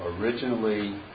originally